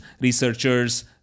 researchers